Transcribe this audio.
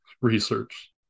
research